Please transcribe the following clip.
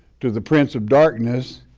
to the prince of darkness,